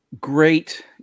great